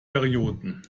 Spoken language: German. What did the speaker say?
perioden